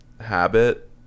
Habit